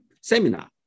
seminar